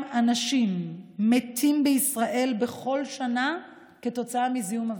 אנשים מתים בישראל בכל שנה כתוצאה מזיהום אוויר,